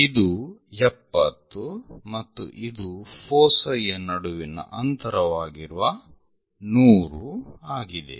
ಇದು 70 ಮತ್ತು ಇದು ಫೋಸೈ ಯ ನಡುವಿನ ಅಂತರವಾಗಿರುವ 100 ಆಗಿದೆ